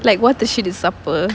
like what the shit is supper